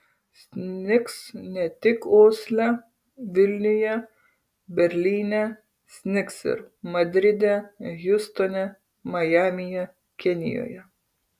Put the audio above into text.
snigs ne tik osle vilniuje berlyne snigs ir madride hjustone majamyje kenijoje